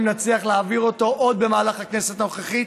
האם נצליח להעביר אותו עוד במהלך הכנסת הנוכחית,